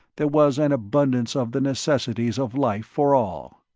there was an abundance of the necessities of life for all.